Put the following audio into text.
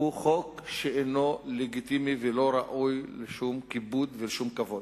הוא חוק שאינו לגיטימי ואינו ראוי לשום כיבוד ולשום כבוד.